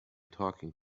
talking